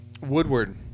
Woodward